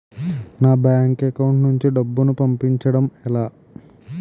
నా bank account నుంచి డబ్బును పంపించడం ఎలా?